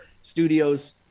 studios